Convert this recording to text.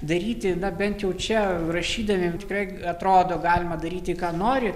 daryti na bent jau čia rašydamiem tikrai atrodo galima daryti ką nori